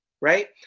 right